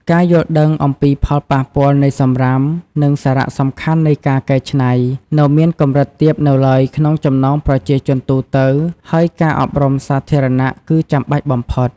ការយល់ដឹងអំពីផលប៉ះពាល់នៃសំរាម និងសារៈសំខាន់នៃការកែច្នៃ នៅមានកម្រិតទាបនៅឡើយក្នុងចំណោមប្រជាជនទូទៅ ហើយការអប់រំសាធារណៈគឺចាំបាច់បំផុត។